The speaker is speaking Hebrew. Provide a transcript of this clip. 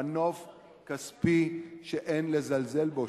מנוף כספי שאין לזלזל בו,